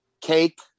cake